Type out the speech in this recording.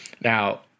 now